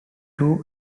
two